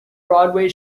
broadway